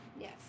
Yes